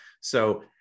So-